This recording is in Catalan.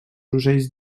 ocells